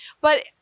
But-